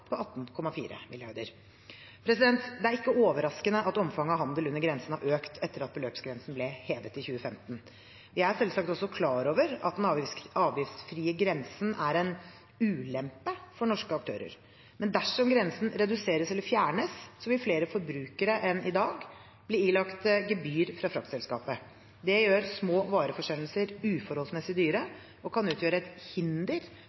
på 18,4 mrd. kr. Det er ikke overraskende at omfanget av handel under grensen har økt etter at beløpsgrensen ble hevet i 2015. Jeg er selvsagt også klar over at den avgiftsfrie grensen er en ulempe for norske aktører. Men dersom grensen reduseres eller fjernes, vil flere forbrukere enn i dag bli ilagt gebyr fra fraktselskapet. Det gjør små vareforsendelser uforholdsmessig dyre og kan utgjøre et hinder